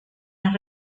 las